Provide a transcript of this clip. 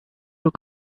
your